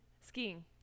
skiing